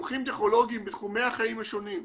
פיתוחים טכנולוגיים בתחומי החיים השונים,